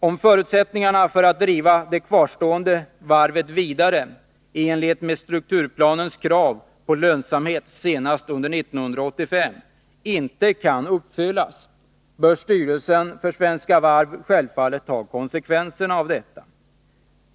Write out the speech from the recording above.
Om förutsättningarna för att driva det kvarstående varvet vidare — i enlighet med strukturplanens krav på lönsamhet senast under 1985 —- inte kan uppfyllas, får styrelsen för Svenska Varv självfallet ta konsekvenserna av detta.